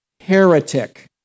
heretic